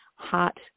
hot